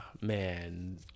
man